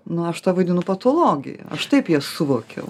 na aš tą vadinu patologija aš taip ją suvokiau